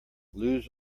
lose